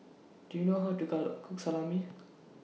Do YOU know How to Car Cook Salami